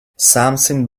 something